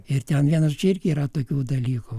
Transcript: ir ten vienas čia irgi yra tokių dalykų